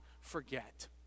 forget